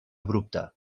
abrupte